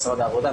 משרד העבודה,